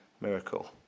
miracle